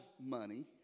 money